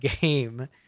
game